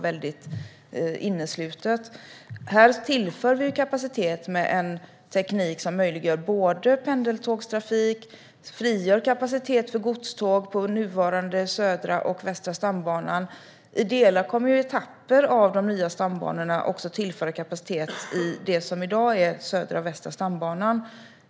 Vi tillför i stället kapacitet genom en teknik som möjliggör pendeltågstrafik och frigör kapacitet till godståg på nuvarande Södra respektive Västra stambanan. I vissa delar kommer etapper av de nya stambanorna också att tillföras kapacitet i det som i dag är Södra och Västra stambanorna.